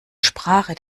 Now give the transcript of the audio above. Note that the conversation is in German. sprache